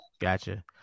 gotcha